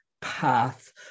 path